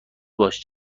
باش